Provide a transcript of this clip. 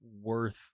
worth